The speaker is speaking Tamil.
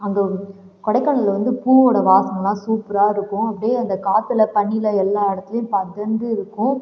அங்கே வந்து கொடைக்கானலில் வந்து பூவோடய வாசமெல்லாம் சூப்பராக இருக்கும் அப்படியே அந்த காற்றில் தண்ணீயில் எல்லா இடத்துலேயும் படர்ந்து இருக்கும்